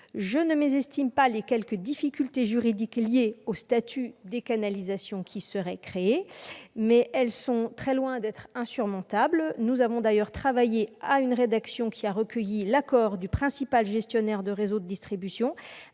Je ne méconnais pas les quelques difficultés juridiques liées au statut des canalisations ainsi créées ; elles sont toutefois très loin d'être insurmontables. Nous avons d'ailleurs travaillé à une rédaction qui a recueilli l'accord du principal gestionnaire de réseaux de distribution,